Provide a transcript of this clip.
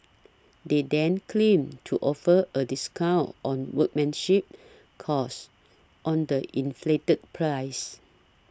they then claim to offer a discount on workmanship cost on the inflated price